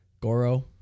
Goro